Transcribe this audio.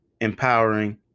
empowering